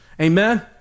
amen